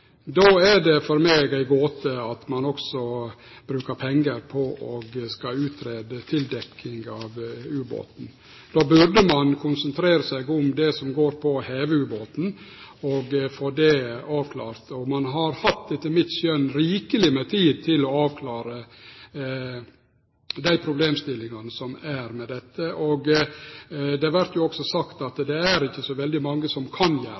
Då er det for meg ei gåte at ein også brukar pengar på å greie ut tildekking av ubåten. Då burde ein konsentrere seg om det som går på å heve ubåten, og få det avklart. Ein har etter mitt skjønn hatt rikeleg med tid til å avklare dei problemstillingane som er med dette. Det vert også sagt at det er ikkje så veldig mange som kan gjere